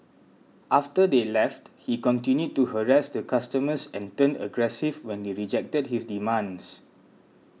after they left he continued to harass the customers and turned aggressive when they rejected his demands